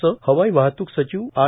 असं हवाई वाहतूक सचिव आर